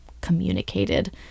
communicated